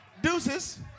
deuces